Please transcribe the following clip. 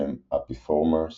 בשם Apiformes